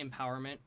empowerment